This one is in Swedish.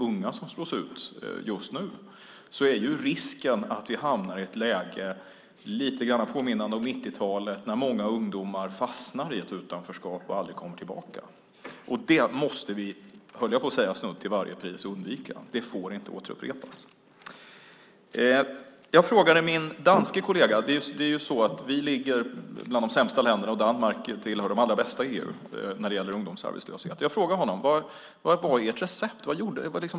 Risken är att vi hamnar i ett läge som är lite grann påminnande om 90-talet där många ungdomar fastnar i ett utanförskap och aldrig kommer tillbaka. Det måste vi undvika till snudd på varje pris, höll jag på att säga. Det får inte återupprepas. Jag frågade min danske kollega. Sverige ligger bland de sämsta länderna, och Danmark hör till de allra bästa i EU när det gäller ungdomsarbetslöshet. Jag frågade honom: Vad är ert recept?